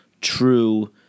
true